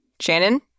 Shannon